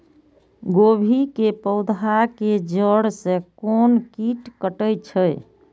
गोभी के पोधा के जड़ से कोन कीट कटे छे?